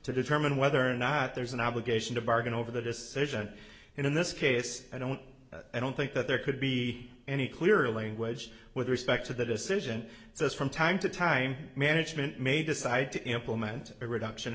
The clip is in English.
to determine whether or not there's an obligation to bargain over the decision in this case i don't i don't think that there could be any clearer language with respect to the decision so from time to time management may decide to implement a reduction